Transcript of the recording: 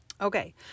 Okay